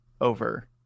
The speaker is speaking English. over